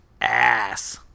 ass